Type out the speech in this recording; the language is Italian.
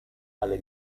alle